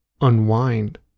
unwind